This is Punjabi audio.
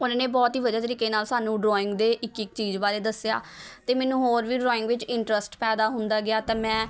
ਉਨ੍ਹਾਂ ਨੇ ਬਹੁਤ ਹੀ ਵਧੀਆ ਤਰੀਕੇ ਨਾਲ ਸਾਨੂੰ ਡਰੋਇੰਗ ਦੇ ਇੱਕ ਇੱਕ ਚੀਜ਼ ਬਾਰੇ ਦੱਸਿਆ ਅਤੇ ਮੈਨੂੰ ਹੋਰ ਵੀ ਡਰੋਇੰਗ ਵਿੱਚ ਇਨਟਰੱਸਟ ਪੈਦਾ ਹੁੰਦਾ ਗਿਆ ਤਾਂ ਮੈਂ